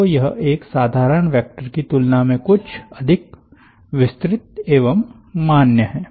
तो यह एक साधारण वेक्टर की तुलना में कुछ अधिक विस्तृत एवं मान्य है